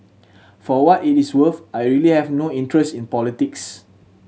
for what it is worth I really have no interest in politics